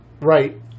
Right